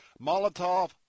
Molotov